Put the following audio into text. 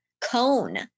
cone